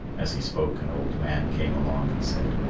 as he spoke, an old man came along and said,